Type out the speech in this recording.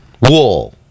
Wool